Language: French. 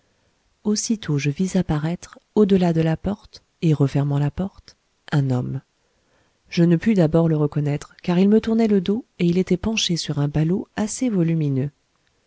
aussitôt je vis apparaître au delà de la porte et refermant la porte un homme je ne pus d'abord le reconnaître car il me tournait le dos et il était penché sur un ballot assez volumineux